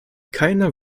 keiner